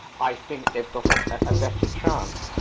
i think they've got a a better chance!